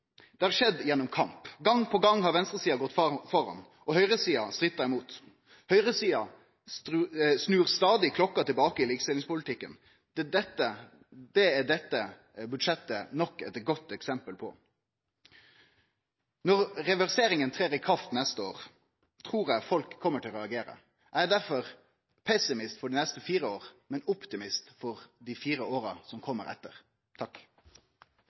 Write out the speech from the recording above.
Det har skjedd gjennom kamp. Gong på gong har venstresida gått framfor, og høgresida har stritta imot. Høgresida snur stadig klokka tilbake i likestillingspolitikken. Det er dette budsjettet nok eit godt eksempel på. Når reverseringa trer i kraft neste år, trur eg folk kjem til å reagere. Eg er derfor pessimist for dei neste fire åra, men optimist for dei fire åra som kjem etter.